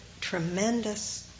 tremendous